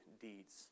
deeds